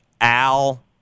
Al